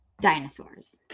dinosaurs